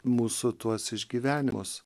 mūsų tuos išgyvenimus